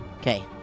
Okay